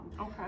Okay